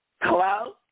Hello